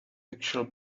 actual